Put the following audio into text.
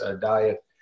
diet